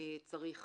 צריך